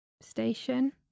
station